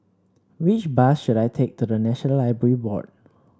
which bus should I take to the National Library Board